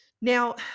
Now